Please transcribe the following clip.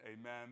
amen